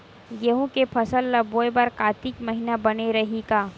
गेहूं के फसल ल बोय बर कातिक महिना बने रहि का?